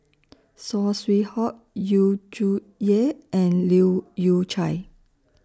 Saw Swee Hock Yu Zhuye and Leu Yew Chye